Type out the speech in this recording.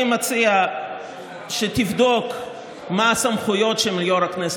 אני מציע שתבדוק מה הסמכויות של יו"ר הכנסת,